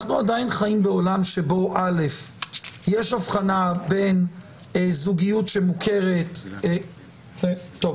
אנחנו עדין חיים בעולם שבו יש אבחנה בין זוגיות שמוכרת טוב,